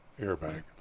airbag